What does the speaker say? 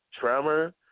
Tremor